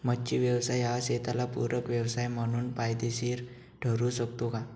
मच्छी व्यवसाय हा शेताला पूरक व्यवसाय म्हणून फायदेशीर ठरु शकतो का?